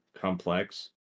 complex